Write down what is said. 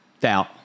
Doubt